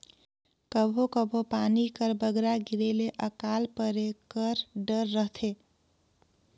कभों कभों पानी कर बगरा गिरे ले अकाल परे कर डर रहथे